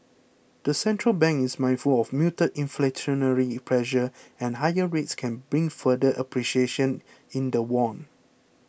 the central bank is mindful of muted inflationary pressure and higher rates can bring further appreciation in the won